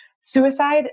suicide